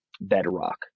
bedrock